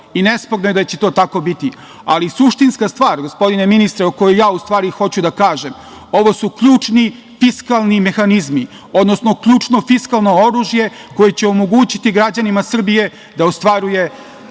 Nesporno je da će to tako biti, ali suštinska stvar, gospodine ministre, koju ja hoću da kažem, ovo su ključni fiskalni mehanizmi, odnosno ključno fiskalno oružje koje će omogućiti građanima Srbije da ostvaruje